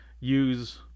use